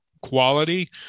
quality